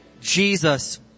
Jesus